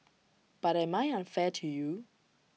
but am I unfair to you